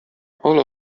all